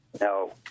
No